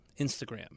Instagram